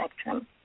spectrum